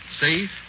safe